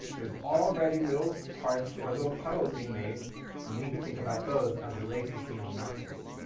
there's already little parts or little puddles being made and we can think about those as the lakes we see on mountains.